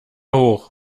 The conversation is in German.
hoch